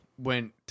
Went